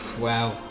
Wow